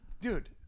dude